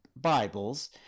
Bibles